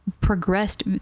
progressed